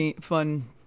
fun